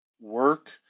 work